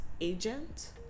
agent